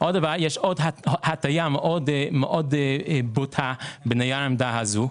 עוד הטעיה מאוד בוטה בנייר העמדה הזה.